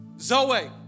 Zoe